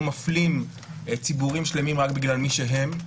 מפלים ציבורים שלמים רק בגלל מי שהם.